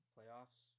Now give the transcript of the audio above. Playoffs